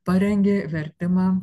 parengė vertimą